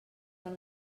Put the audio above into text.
del